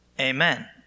Amen